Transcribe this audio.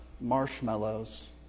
marshmallows